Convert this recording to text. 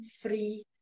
free